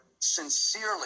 sincerely